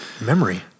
memory